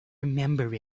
remember